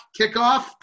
kickoff